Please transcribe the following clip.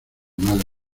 madre